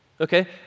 okay